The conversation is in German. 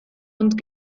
und